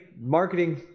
marketing